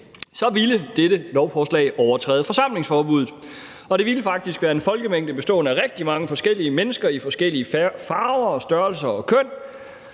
ville dette lovforslag overtræde forsamlingsforbuddet, og det ville faktisk være en folkemængde bestående af rigtig mange forskellige mennesker i forskellige farver, størrelser og køn.